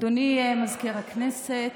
אדוני מזכיר הכנסת,